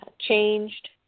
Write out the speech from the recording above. changed